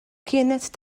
kienet